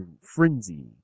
frenzy